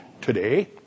today